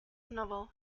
novel